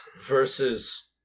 versus